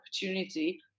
opportunity